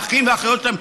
האחים והאחיות שלהם,